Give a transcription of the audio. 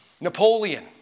Napoleon